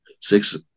six